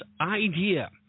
idea